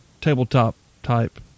tabletop-type